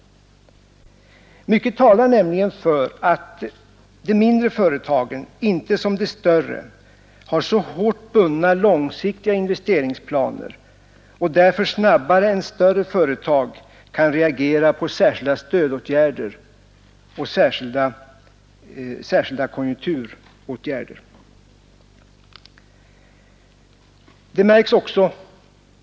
Mycket talar nämligen för att de mindre företagen inte har så hårt bundna långsiktiga investeringsplaner som större företag och därför snabbare kan reagera på särskilda stödåtgärder.